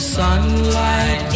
Sunlight